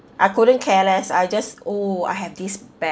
I couldn't care less I just oh I have this bag